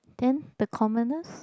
then the commoners